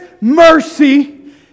mercy